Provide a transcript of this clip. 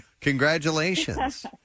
congratulations